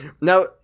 Now